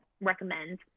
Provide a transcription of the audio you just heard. recommend